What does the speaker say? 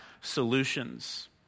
solutions